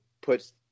puts